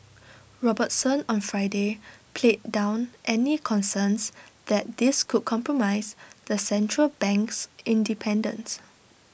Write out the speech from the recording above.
Robertson on Friday played down any concerns that this could compromise the Central Bank's Independence